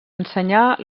ensenyar